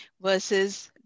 versus